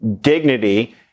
dignity